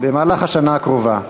במהלך השנה הקרובה.